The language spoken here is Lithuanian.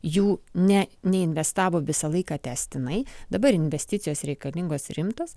jų ne neinvestavo visą laiką tęstinai dabar investicijos reikalingos rimtos